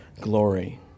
glory